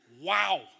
Wow